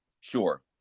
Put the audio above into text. sure